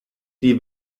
die